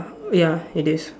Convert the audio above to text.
ya it is